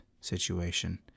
situation